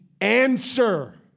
answer